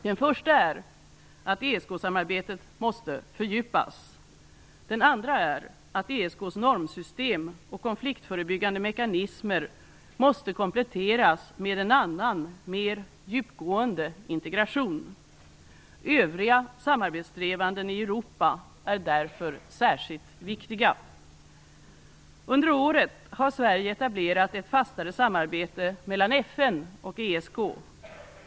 Den första är att ESK-samarbetet måste fördjupas. Den andra är att ESK:s normsystem och konfliktförebyggande mekanismer måste kompletteras med en annan, mer djupgående, integration. Övriga samarbetssträvanden i Europa är därför särskilt viktiga. Under året har Sverige etablerat ett fastare samarbete mellan FN och ESK.